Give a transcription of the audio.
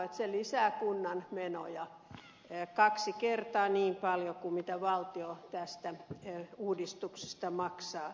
se lisää kunnan menoja kaksi kertaa niin paljon kuin mitä valtio tästä uudistuksesta maksaa